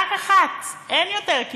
רק אחת, אין יותר קצבאות,